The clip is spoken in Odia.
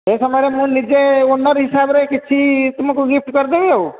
ସେହି ସମୟରେ ମୁଁ ନିଜେ ଓନର ହିସାବରେ କିଛି ତୁମକୁ ଗିଫ୍ଟ କରିଦେବି ଆଉ